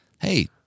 hey